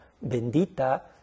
bendita